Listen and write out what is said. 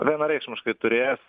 vienareikšmiškai turės